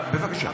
בבקשה.